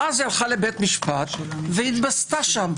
ואז הלכה לבית משפט והתבזתה שם.